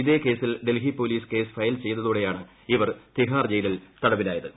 ഇതേ കേസിൽ Delhi police case file ചെയ്തതോടെയാണ് ഇവർ തിഹാർ ജയിലിൽ തടവിലായത്